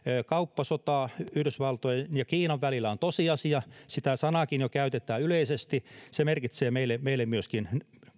kauppasota yhdysvaltojen ja kiinan välillä on tosiasia sitä sanaakin jo käytetään yleisesti se merkitsee meille meille myöskin